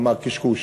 אמר: קשקוש.